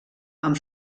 amb